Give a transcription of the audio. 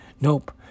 nope